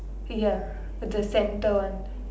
ya the centre one